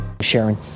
Sharon